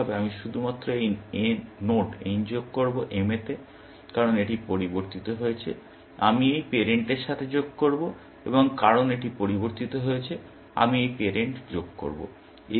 প্রাথমিকভাবে আমি শুধুমাত্র এই নোড n যোগ করব m এতে কারণ এটি পরিবর্তিত হয়েছে আমি এই পেরেন্টের সাথে যোগ করব এবং কারণ এটি পরিবর্তিত হয়েছে আমি এই পেরেন্ট যোগ করব